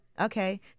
Okay